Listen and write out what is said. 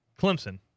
Clemson